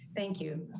thank you.